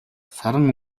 саран